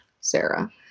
Sarah